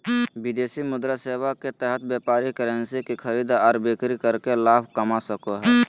विदेशी मुद्रा सेवा के तहत व्यापारी करेंसी के खरीद आर बिक्री करके लाभ कमा सको हय